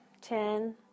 Ten